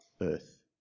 earth